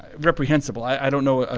reprehensible. i don't know